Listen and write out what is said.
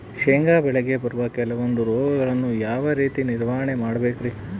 ಶೇಂಗಾ ಬೆಳೆಗೆ ಬರುವ ಕೆಲವೊಂದು ರೋಗಗಳನ್ನು ಯಾವ ರೇತಿ ನಿರ್ವಹಣೆ ಮಾಡಬೇಕ್ರಿ?